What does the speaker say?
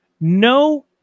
no